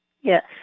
Yes